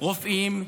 רופאים,